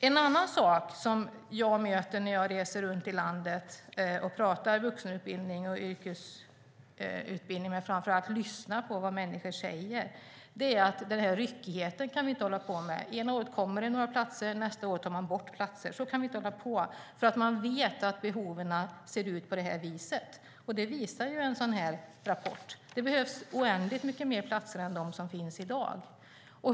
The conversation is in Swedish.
En annan sak som jag möter när jag reser runt i landet och pratar om vuxenutbildning och yrkesutbildning, men framför allt lyssnar på vad människor säger, är att vi inte kan hålla på med den här ryckigheten. Ena året kommer det några platser, och nästa år tar man bort platser. Så kan vi inte hålla på. Man vet att behoven ser ut så här - det visar ju en sådan här rapport. Det behövs oändligt mycket mer platser än de som finns i dag.